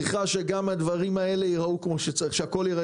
צריכה שגם הדברים האלה ייראו כמו שצריך.